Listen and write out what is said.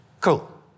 Cool